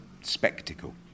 spectacle